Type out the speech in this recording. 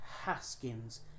Haskins